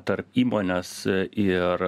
tarp įmonės ir